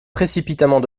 précipitamment